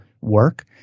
work